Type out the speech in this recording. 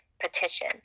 petition